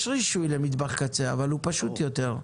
יש רישוי למטבח קצה אבל הוא פשוט יותר,